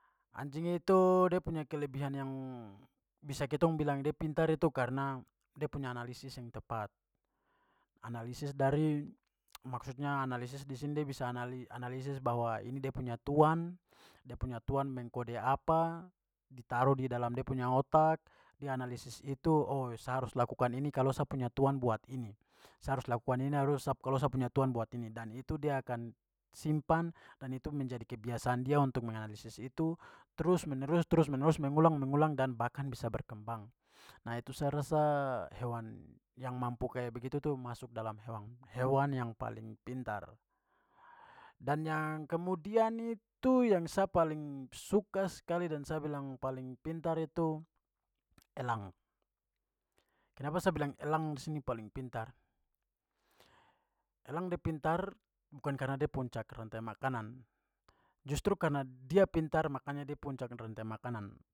Anjing itu da punya kelebihan yang bisa kitong bilang da pintar itu karna da punya analisis yang tepat. Analisis dari maksudnya analisis di sini da bisa analisis bahwa ini dia punya tuan, dia punya tuan mengkode apa, ditaruh di dalam dia punya otak, dia analisis itu, oh sa harus lakukan ini kalau sa punya tuan buat ini, sa harus lakukan ini kalau sa punya tuan buat ini. Dan itu dia akan simpan dan itu menjadi kebiasaan dia untuk menganalisis itu terus menerus terus menerus mengulang mengulang dan bahkan bisa berkembang. Nah itu sa rasa hewan yang mampu kayak begitu tu masuk dalam hewan yang paling pintar. Dan yang kemudian itu yang sa paling suka skali dan sa bilang paling pintar itu elang. Kenapa sa bilang elang di sini paling pintar, elang da pintar bukan karena da puncak rantai makanan, justru karena dia pintar makanya dia puncak rantai makanan.